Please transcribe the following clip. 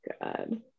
god